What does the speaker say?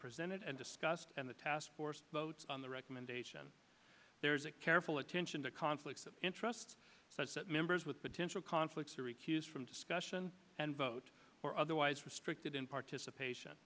presented and discussed and the task force votes on the recommendation there is a careful attention to conflicts of interest such that members with potential conflicts are excused from discussion and vote or otherwise restricted in participation